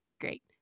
Great